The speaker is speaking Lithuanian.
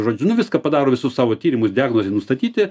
žodžiu nu viską padaro visus savo tyrimus diagnozei nustatyti